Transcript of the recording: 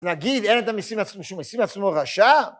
להגיד, אין אדם משים עצמו, משים עצמו רשע?